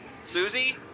Susie